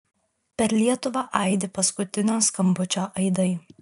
per lietuvą aidi paskutinio skambučio aidai